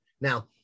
Now